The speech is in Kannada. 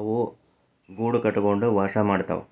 ಅವು ಗೂಡು ಕಟ್ಕೊಂಡು ವಾಸ ಮಾಡ್ತಾವೆ